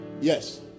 Yes